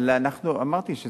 אבל אמרתי שזה,